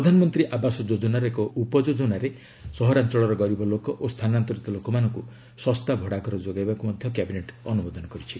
ପ୍ରଧାନମନ୍ତ୍ରୀ ଆବାସ ଯୋଜନାର ଏକ ଉପଯୋଜନାରେ ସହରାଞ୍ଚଳର ଗରିବ ଲୋକ ଓ ସ୍ଥାନାନ୍ତରିତ ଲୋକମାନଙ୍କୁ ଶସ୍ତା ଭଡ଼ାଘର ଯୋଗାଇବାକୁ ମଧ୍ୟ କ୍ୟାବିନେଟ୍ ଅନୁମୋଦନ କରିଛି